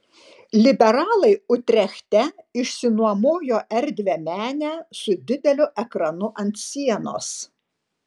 liberalai utrechte išsinuomojo erdvią menę su dideliu ekranu ant sienos